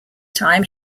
time